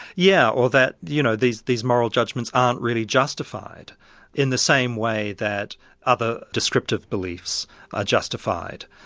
yeah, or that you know these these moral judgements aren't really justified in the same way that other descriptive beliefs are justified.